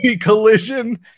Collision